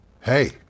Hey